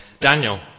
Daniel